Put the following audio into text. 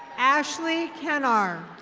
ashley kennar.